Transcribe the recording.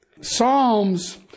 Psalms